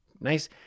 nice